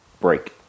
break